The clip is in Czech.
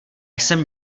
jsem